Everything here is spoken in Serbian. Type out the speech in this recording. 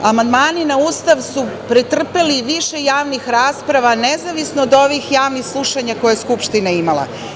Amandmani na Ustav su pretrpeli više javnih rasprava nezavisno od ovih javnih slušanja koje je Skupština imala.